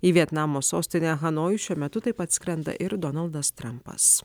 į vietnamo sostinę hanojų šiuo metu taip atskrenda ir donaldas trampas